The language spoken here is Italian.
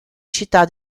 città